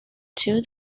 two